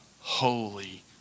Holy